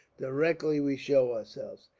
directly we show ourselves.